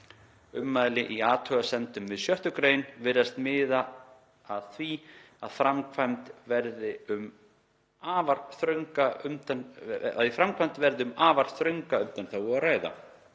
Ummæli í athugasemdum við 6. gr. virðast miða að því að í framkvæmd verði um afar þrönga undanþágu að ræða.